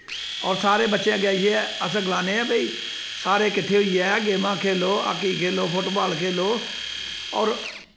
होर सारे बच्चे अग्गें जाइयै अस गलाने आं भाई सारे किट्ठे होइयै गेमां खेल्लो हाकी खेल्लो फुट्ट बॉल खेल्लो होर